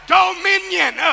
dominion